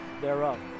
thereof